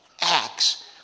Acts